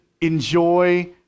enjoy